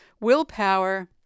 willpower